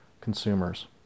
consumers